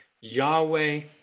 Yahweh